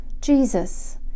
jesus